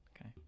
Okay